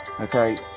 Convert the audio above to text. okay